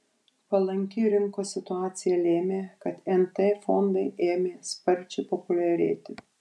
palanki rinkos situacija lėmė kad nt fondai ėmė sparčiai populiarėti